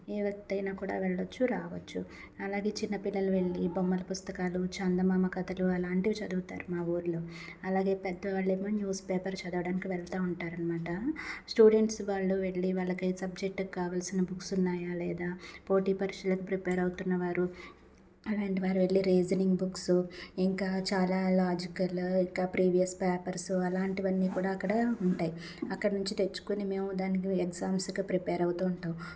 ఏ వ్యక్తి అయినా వెళ్లొచ్చు రావచ్చు అలాగే చిన్న పిల్లలు వెళ్లి బొమ్మల పుస్తకాలు చందమామ కథలు అలాంటివి చదువుతారు మా ఊరిలో అలాగే పెద్ద వాళ్ళు ఏమో న్యూస్ పేపర్ చదవడానికి వెళ్తా ఉంటారనమాట స్టూడెంట్స్ వాళ్ళు వెళ్లి వాళ్లకి సబ్జెక్టు కావాల్సిన బుక్స్ ఉన్నాయా లేదా పోటీ పరీక్షలకు ప్రిపేర్ అవుతున్న వారు అలాంటి వారు వెళ్లి రీజనింగ్ బుక్స్ ఇంకా చాలా లాజికల్ ఇంకా ప్రీవియస్ పేపర్స్ అలాంటివన్నీ కూడా అక్కడ ఉంటాయి అక్కడి నుంచి తెచ్చుకుని మేము దానికి ఎగ్జామ్స్కి ప్రిపేర్ అవుతూ ఉంటాం